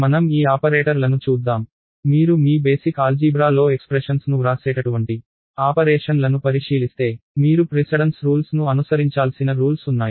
మనం ఈ ఆపరేటర్లను చూద్దాం మీరు మీ బేసిక్ ఆల్జీబ్రా లో ఎక్స్ప్రెషన్స్ ను వ్రాసేటటువంటి ఆపరేషన్లను పరిశీలిస్తే మీరు ప్రాధాన్యత నియమాలను అనుసరించాల్సిన రూల్స్ ఉన్నాయి